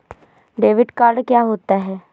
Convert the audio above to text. Debit card क्या होता है?